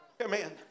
Amen